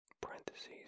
parentheses